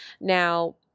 Now